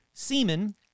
semen